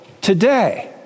today